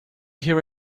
hear